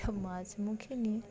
মুখে নিয়ে